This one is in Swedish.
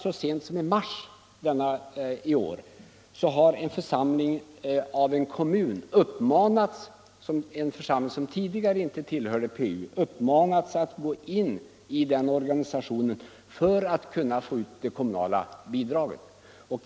Så sent som i mars i år har en församling, som tidigare inte tillhörde PU, av en kommun uppmanats att ansluta sig till den organisationen för att kunna få ut det kommunala bidraget.